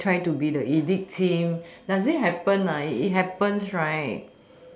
then you try to be the elite team does it happen ah it happens right